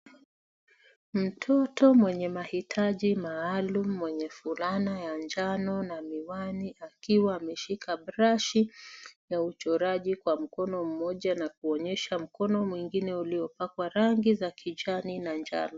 Mtoto mwenye mahitaji maalum mwenye fulana ya njano na miwani akiwa ameshika brashi ya uchoraji kwa mkono mmoja na kuonyesha mkono mwingine uliopakwa rangi za kijani na njano.